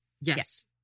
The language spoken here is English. Yes